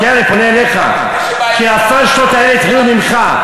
כן, אני פונה אליך, כי הפשלות האלה התחילו ממך.